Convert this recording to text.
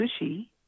sushi